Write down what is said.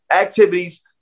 activities